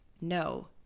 no